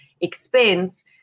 expense